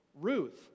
Ruth